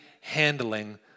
handling